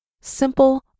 Simple